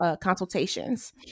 consultations